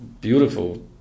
beautiful